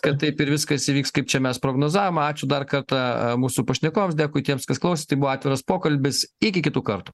kad taip ir viskas įvyks kaip čia mes prognozavom ačiū dar kartą mūsų pašnekovams dėkui tiems kas klausė tai buvo atviras pokalbis iki kitų kartų